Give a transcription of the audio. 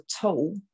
tool